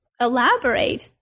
elaborate